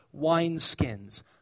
wineskins